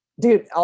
Dude